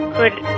good